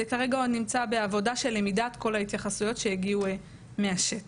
כרגע זה עוד נמצא בעבודה של למידת ההתייחסויות שהגיעו משטח.